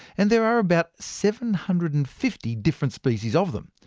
and there are about seven hundred and fifty different species of them.